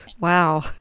wow